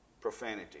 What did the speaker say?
Profanity